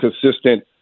consistent